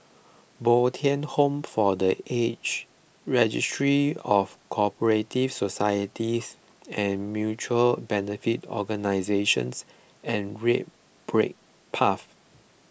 Bo Tien Home for the Aged Registry of Co Operative Societies and Mutual Benefit Organisations and Red Brick Path